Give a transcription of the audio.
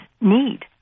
need